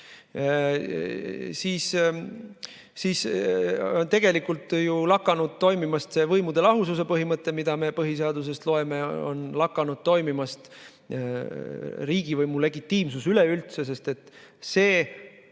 siis tegelikult on ju lakanud toimimast see võimude lahususe põhimõte, mida me põhiseadusest loeme, ja on lakanud toimimast riigivõimu legitiimsus üleüldse, sest see